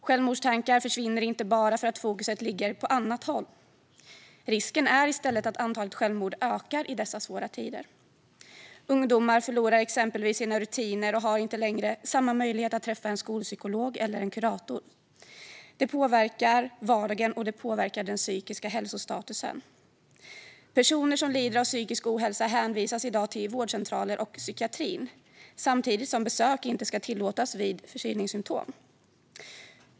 Självmordstankar försvinner inte bara för att fokuset ligger på annat håll. Risken är i stället att antalet självmord ökar i dessa svåra tider. Ungdomar förlorar exempelvis sina rutiner och har inte länge samma möjlighet att träffa en skolpsykolog eller en kurator. Det påverkar vardagen, och det påverkar den psykiska hälsostatusen. Personer som lider av psykisk ohälsa hänvisas i dag till vårdcentraler och psykiatrin samtidigt som besök inte ska tillåtas vid förkylningssymtom.